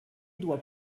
doit